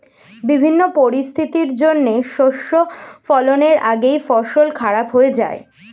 বিভিন্ন পরিস্থিতির জন্যে শস্য ফলনের আগেই ফসল খারাপ হয়ে যায়